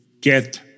get